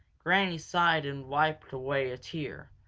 granny sighed and wiped away a tear,